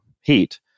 heat